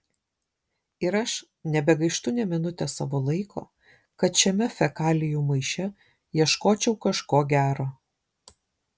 ir aš nebegaištu nė minutės savo laiko kad šiame fekalijų maiše ieškočiau kažko gero